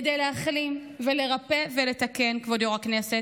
כדי להחלים ולרפא ולתקן, כבוד יושב-ראש הכנסת,